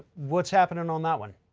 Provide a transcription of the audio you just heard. what's happening on that one?